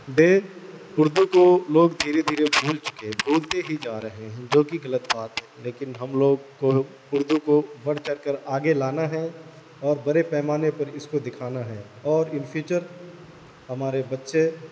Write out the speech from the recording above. بے اردو کو لوگ دھیرے دھیرے بھول چکے ہیں بھولتے ہی جا رہے ہیں جوکہ غلط بات ہے لیکن ہم لوگ کو اردو کو بڑھ چڑھ کر آگے لانا ہے اور بڑے پیمانے پر اس کو دکھانا ہے اور ان فیوچر ہمارے بچے